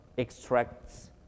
extracts